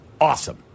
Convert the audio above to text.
awesome